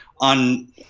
on